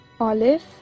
Olive